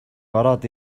ороод